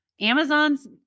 Amazon's